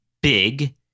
big –